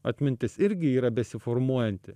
atmintis irgi yra besiformuojanti